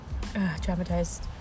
traumatized